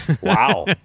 Wow